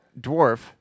dwarf